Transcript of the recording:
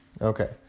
Okay